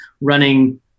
running